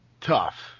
Tough